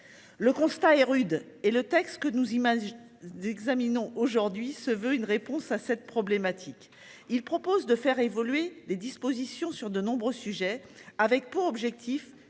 Le constat est rude et le texte que nous imaginons d'examinons aujourd'hui se veut une réponse à cette problématique. Il propose de faire évoluer les dispositions sur de nombreux sujets avec pour objectif